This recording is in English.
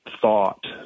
thought